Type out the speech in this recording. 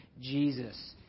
Jesus